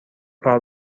کار